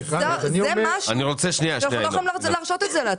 יכולים להרשות.